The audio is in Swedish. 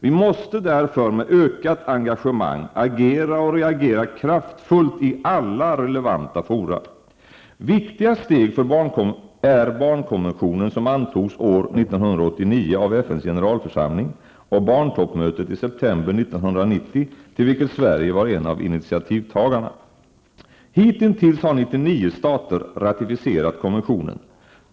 Vi måste därför, med ökat engagemang, agera och reagera kraftfullt i alla relevanta fora. Viktiga steg är barnkonventionen som antogs år 1989 av FNs generalförsamling och barntoppmötet i september 1990, till vilket Sverige var en av initiativtagarna. Hitintills har 99 stater ratificerat konventionen.